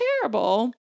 terrible